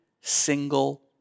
single